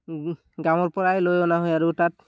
গাঁৱৰ পৰাই লৈ অনা হয় আৰু তাত